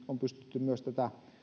on pystytty myös tätä